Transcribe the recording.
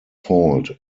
fault